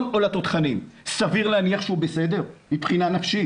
או לתותחנים סביר להניח שהוא בסדר מבחינה נפשית?